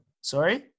Sorry